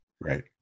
Right